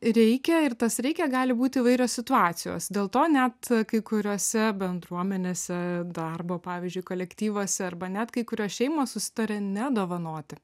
reikia ir tas reikia gali būt įvairios situacijos dėl to net kai kuriose bendruomenėse darbo pavyzdžiui kolektyvuose arba net kai kurios šeimos susitaria nedovanoti